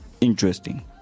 interesting